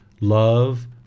Love